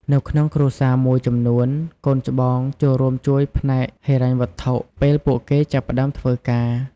នៅក្នុងគ្រួសារមួយចំនួន កូនច្បងចូលរួមជួយផ្នែកហិរញ្ញវត្ថុ ពេលពួកគេចាប់ផ្តើមធ្វើការ។